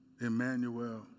Emmanuel